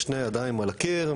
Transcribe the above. שתי ידיים על הקיר,